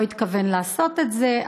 לא התכוון לעשות את זה,